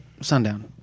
sundown